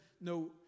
No